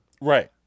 Right